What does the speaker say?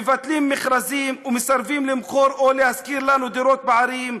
מבטלים מכרזים ומסרבים למכור או להשכיר לנו דירות בערים,